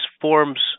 forms